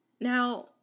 Now